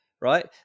right